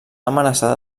amenaçada